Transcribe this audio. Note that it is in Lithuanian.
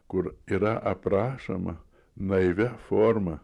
kur yra aprašoma naivia forma